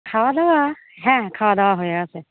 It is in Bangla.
খাওয়া দাওয়া হ্যাঁ খাওয়া দাওয়া হয়ে গেছে